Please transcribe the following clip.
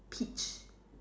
peach